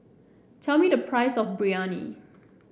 tell me the price of Biryani